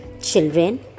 Children